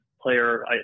player